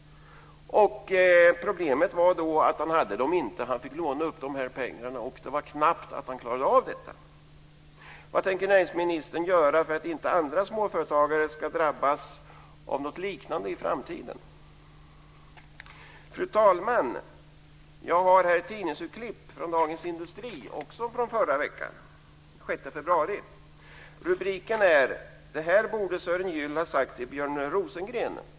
Problemet var då att han inte hade dem. Han fick låna upp pengarna, och det var knappt att han klarade av det. Fru talman! Jag har här ett tidningsurklipp från Dagens Industri som också är från förra veckan. Det är från den 6 februari. Rubriken är: "Det här borde Sören Gyll ha sagt till Björn Rosengren".